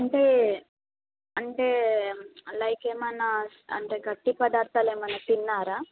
అంటే అంటే లైక్ ఏమన్నా అంటే గట్టి పదార్ధాలు ఏమన్నా తిన్నారా